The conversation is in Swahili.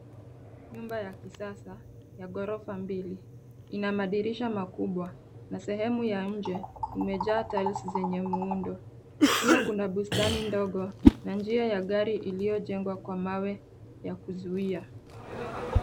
Nyumba ya kisasa ya ghorofa mbili, ina madirisha makubwa na sehemu ya nje imejaa tiles zenye muundo. Pia kuna mistari ndogo na njia ya gari iliyojengwa kwa mawe ya kuzuia.